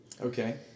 Okay